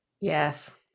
Yes